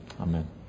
Amen